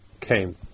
came